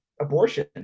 abortion